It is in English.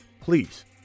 Please